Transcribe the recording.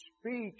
speak